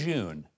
June